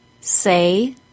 Say